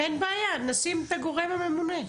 אין בעיה, נשים את הגורם הממונה.